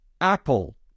Apple